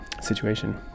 situation